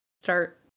start